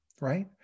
right